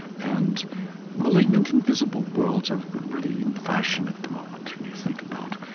and malignant, invisible worlds are really in fashion at the moment and you think about,